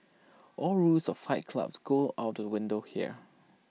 all rules of flight clubs go out to A window here